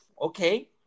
Okay